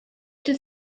does